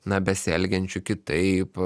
na besielgiančių kitaip